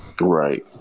Right